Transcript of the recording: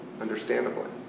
understandably